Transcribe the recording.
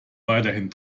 weiterhin